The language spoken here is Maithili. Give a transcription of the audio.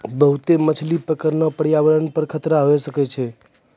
बहुते मछली पकड़ना प्रयावरण पर खतरा होय सकै छै